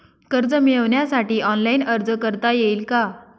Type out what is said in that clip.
कर्ज मिळविण्यासाठी ऑनलाइन अर्ज करता येईल का?